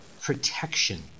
protection